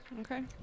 Okay